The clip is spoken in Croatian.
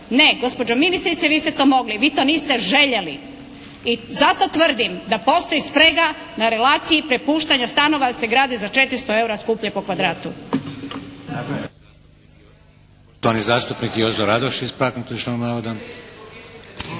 Ne, gospođo ministrice. Vi ste to mogli. Vi to niste željeli. I zato tvrdim da postoji sprega na relaciji prepuštanja stanova, jer se grade za 400 eura skuplje po kvadratu.